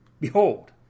Behold